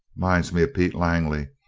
minds me of pete langley,